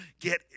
get